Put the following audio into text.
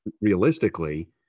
realistically